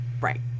Right